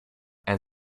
and